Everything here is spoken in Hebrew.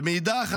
ומאידך,